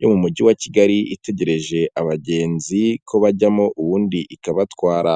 yo mu mujyi wa Kigali itegereje abagenzi ko bajyamo ubundi ikabatwara.